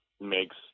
makes